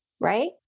right